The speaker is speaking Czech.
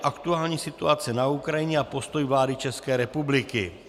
Aktuální situace na Ukrajině a postoj vlády České republiky